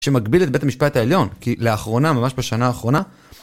שמקביל את בית המשפט העליון, כי לאחרונה, ממש בשנה האחרונה...